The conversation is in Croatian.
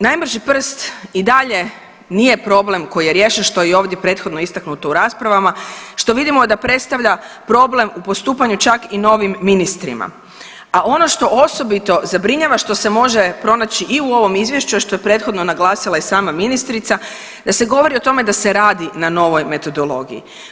Najbrži prst i dalje nije problem koji je riješen što je i ovdje prethodno istaknuto u raspravama, što vidimo da predstavlja problem u postupanju čak i novim ministrima, a ono što osobito zabrinjava što se može pronaći i u ovom izvješću, a što je prethodno naglasila i sam ministrica da se govori o tome da se radi na novoj metodologiji.